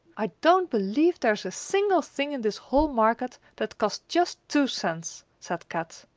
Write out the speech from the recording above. i don't believe there's a single thing in this whole market that costs just two cents, said kat.